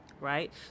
right